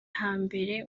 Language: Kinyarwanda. hambere